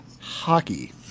hockey